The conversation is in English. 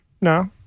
no